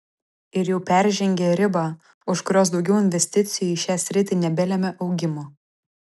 ir jau peržengė ribą už kurios daugiau investicijų į šią sritį nebelemia augimo